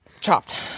chopped